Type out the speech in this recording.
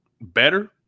better